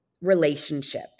relationship